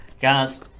guys